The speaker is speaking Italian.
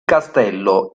castello